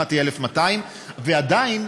ההנחה תהיה 1,200. ועדיין,